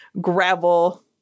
gravel